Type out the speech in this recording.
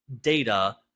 data